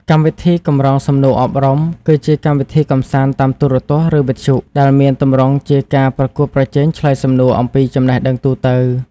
កម្មវិធីកម្រងសំណួរអប់រំ គឺជាកម្មវិធីកម្សាន្តតាមទូរទស្សន៍ ឬវិទ្យុ ដែលមានទម្រង់ជាការប្រកួតប្រជែងឆ្លើយសំណួរអំពីចំណេះដឹងទូទៅ។